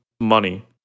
money